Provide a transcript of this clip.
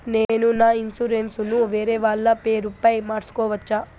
నేను నా ఇన్సూరెన్సు ను వేరేవాళ్ల పేరుపై మార్సుకోవచ్చా?